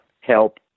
help